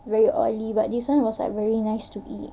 very oil but this one was like very nice to eat